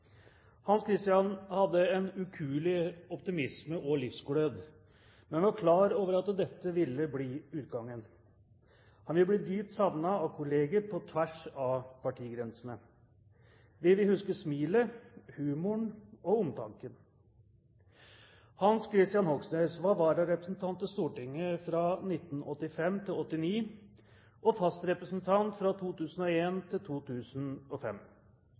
Hans Kristian hadde en ukuelig optimisme og livsglød, men var klar over at dette ville bli utgangen. Han vil bli dypt savnet av kolleger på tvers av partigrensene. Vi vil huske smilet, humoren og omtanken. Hans Kristian Hogsnes var vararepresentant til Stortinget fra 1985 til 1989 og fast representant fra 2001 til 2005.